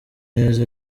neza